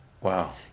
Wow